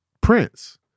Prince